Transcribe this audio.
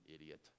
idiot